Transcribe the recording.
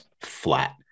flat